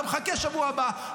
אתה מחכה שבוע הבא,